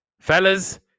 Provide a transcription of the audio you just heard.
Fellas